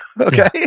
Okay